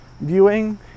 viewing